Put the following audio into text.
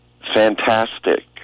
fantastic